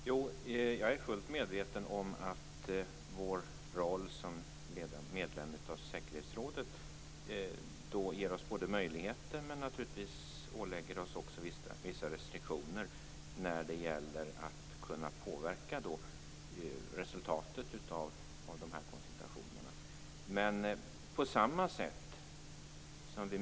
Fru talman! Jag är fullt medveten om att vår roll som medlem av säkerhetsrådet ger oss möjligheter, men naturligtvis också ålägger oss vissa restriktioner när det gäller att kunna påverka resultatet av de här konfrontationerna.